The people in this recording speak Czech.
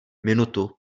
minutu